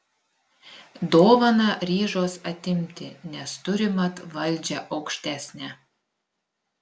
dovaną ryžos atimti nes turi mat valdžią aukštesnę